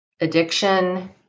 addiction